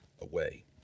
away